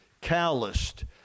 calloused